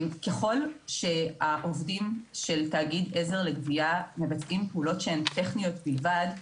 ככל שהעובדים של תאגיד עזר לגבייה מבצעים פעולות שהן טכניות בלבד,